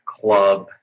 club